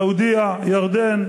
סעודיה, ירדן